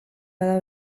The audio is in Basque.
bada